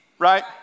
Right